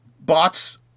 bots